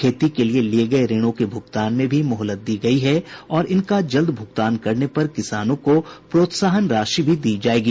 खेती के लिए लिये गये ऋणों के भुगतान में भी मोहलत दी गई है और इनका जल्द भूगतान करने पर किसानों को प्रोत्साहन राशि भी दी जाएगी